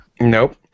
Nope